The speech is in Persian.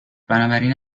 بنابراین